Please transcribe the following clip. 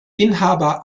inhaber